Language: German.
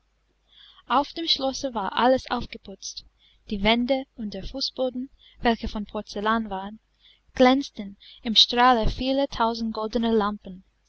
auf dem schlosse war alles aufgeputzt die wände und der fußboden welche von porzellan waren glänzten im strahle vieler tausend goldener lampen